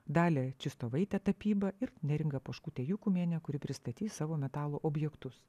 dalė čistovaitė tapyba ir neringa poškutė jukumienė kuri pristatys savo metalo objektus